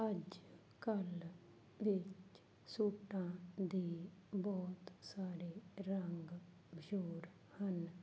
ਅੱਜ ਕੱਲ੍ਹ ਦੇ ਸੂਟਾਂ ਦੇ ਬਹੁਤ ਸਾਰੇ ਰੰਗ ਮਸ਼ਹੂਰ ਹਨ